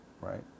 right